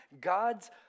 God's